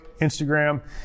Instagram